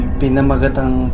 pinamagatang